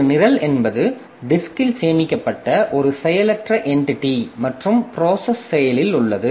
ஒரு நிரல் என்பது டிஸ்க்ல் சேமிக்கப்பட்ட ஒரு செயலற்ற என்டிட்டி மற்றும் ப்ராசஸ் செயலில் உள்ளது